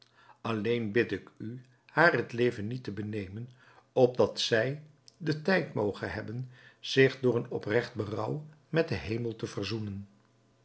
alleen bid ik u haar het leven niet te benemen opdat zij den tijd moge hebben zich door een opregt berouw met den hemel te verzoenen